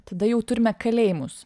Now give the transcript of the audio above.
tada jau turime kalėjimus